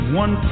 one